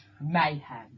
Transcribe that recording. mayhem